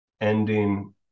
ending